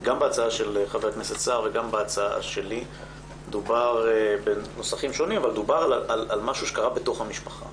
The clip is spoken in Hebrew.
גם בהצעה של חבר הכנסת סער וגם בהצעה שלי דובר על משהו שקרה בתוך המשפחה